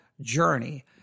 journey